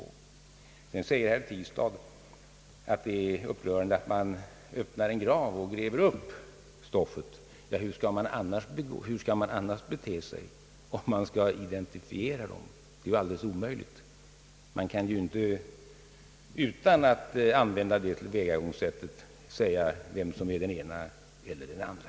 Herr Tistad säger vidare att det är upprörande att man öppnar en grav och gräver upp stoften. Hur skall man annars bete sig, om det gäller att identifiera de avlidna? Det är ju alldeles omöjligt. Man kan ju inte utan att använda detta tillvägagångssätt säga vem som är den ene eller den andre.